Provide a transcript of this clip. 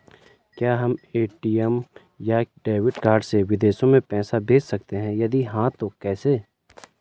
क्या हम ए.टी.एम या डेबिट कार्ड से विदेशों में पैसे भेज सकते हैं यदि हाँ तो कैसे?